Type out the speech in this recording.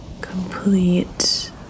complete